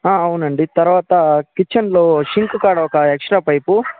అవునండి తర్వాత కిచెన్లో సింక్ కాడ ఒక ఎక్స్ట్రా పైపు